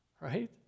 Right